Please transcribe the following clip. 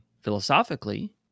Philosophically